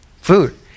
food